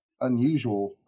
unusual